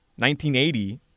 1980